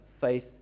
faith